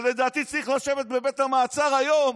שלדעתי צריך לשבת במעצר היום,